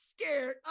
scared